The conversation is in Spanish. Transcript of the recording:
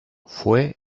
fue